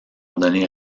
donner